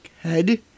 head